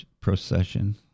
procession